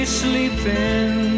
sleeping